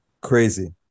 Crazy